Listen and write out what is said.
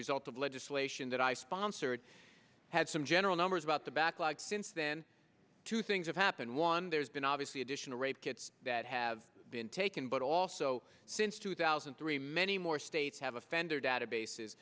result of legislation that i sponsored had some general numbers about the backlog since then two things have happened one there's been obviously additional rape kits that have been taken but also since two thousand and three many more states have offender databases